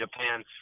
Japan